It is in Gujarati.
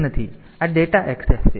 તેથી આ ડેટા એક્સેસ છે